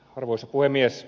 arvoisa puhemies